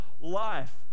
life